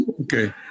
Okay